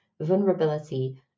vulnerability